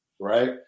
right